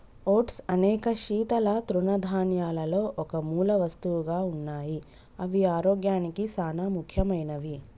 oats అనేక శీతల తృణధాన్యాలలో ఒక మూలవస్తువుగా ఉన్నాయి అవి ఆరోగ్యానికి సానా ముఖ్యమైనవి